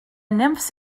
nymphs